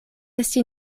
esti